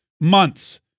months